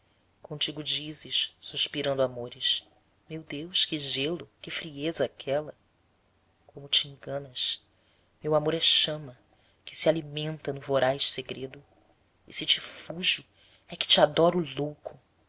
contigo dizes suspirando amores meu deus que gelo que frieza aquela como te enganas meu amor é chama que se alimenta no voraz segredo e se te fujo é que te adoro louco